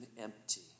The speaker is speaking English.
empty